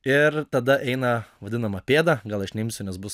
ir tada eina vadinama pėdą gal aš neimsiu nes bus